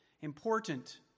important